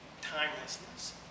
timelessness